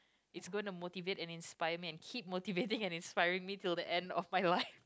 it's going to motivate and inspire man keep motivating and inspiring me till the end of my life